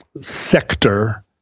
sector